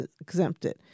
exempted